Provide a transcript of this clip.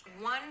One